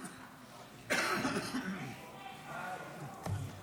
אדוני היושב-ראש,